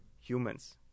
humans